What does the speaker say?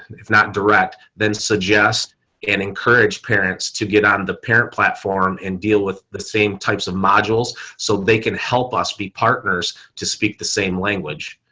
if not direct then suggest and encourage parents to get out of the parent platform and deal with the same types of modules, so they can help us be partners to speak the same language.